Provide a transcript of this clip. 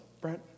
Brent